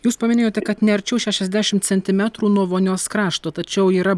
jūs paminėjote kad ne arčiau šešiasdešimt centimetrų nuo vonios krašto tačiau yra